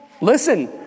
Listen